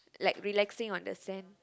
like relaxing on the sand